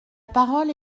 parole